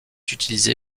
utilisé